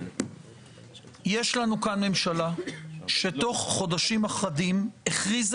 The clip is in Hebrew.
יש לנו כאן ממשלה שתוך חודשים אחדים הכריזה